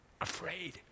afraid